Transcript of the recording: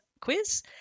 quiz